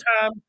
time